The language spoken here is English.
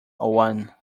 one